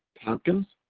tompkins,